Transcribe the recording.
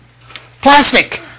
Plastic